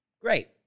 Great